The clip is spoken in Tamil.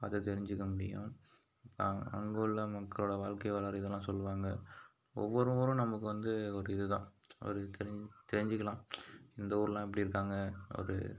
பார்த்து தெரிஞ்சுக்க முடியும் இப்போ அங்கே உள்ள மக்களோட வாழ்க்கை வரலாறு இதெல்லாம் சொல்வாங்க ஒவ்வொருவரும் நமக்கு வந்து ஒரு இது தான் ஒரு தெரிஞ்சிக்கலாம் இந்த ஊர்லாம் எப்படி இருக்காங்க ஒரு